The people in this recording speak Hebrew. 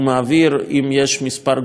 מצב זיהום האוויר אם יש מספר גדול של מוקדים,